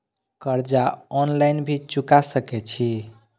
कर्जा ऑनलाइन भी चुका सके छी?